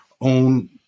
own